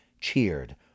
cheered